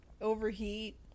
overheat